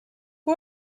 who